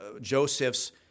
Joseph's